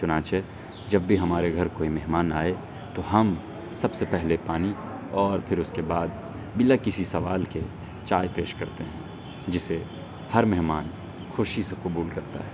چنانچہ جب بھی ہمارے گھر کوئی مہمان آئے تو ہم سب سے پہلے پانی اور پھر اس کے بعد بلا کسی سوال کے چائے پیش کرتے ہیں جسے ہر مہمان خوشی سے قبول کرتا ہے